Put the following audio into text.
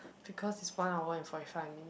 because it's one hour and forty five minute